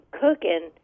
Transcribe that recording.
cooking